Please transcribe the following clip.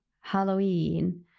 Halloween